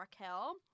Raquel